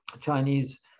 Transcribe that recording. Chinese